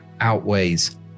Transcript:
outweighs